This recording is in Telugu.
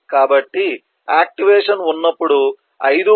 కాబట్టి యాక్టివేషన్ ఉన్నప్పుడు 5